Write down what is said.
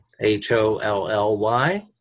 H-O-L-L-Y